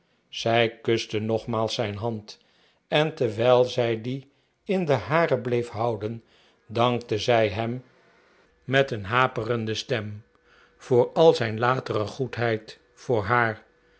zij kuste nogmaals zijn hand en terwijl zij die in de hare bleef houden dankte zij hem niet een haperende stem voor al zijn latere goedheid voor haar